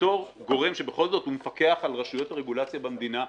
בתור גורם שבכל זאת מפקח על רשויות הרגולציה במדינה,